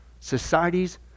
societies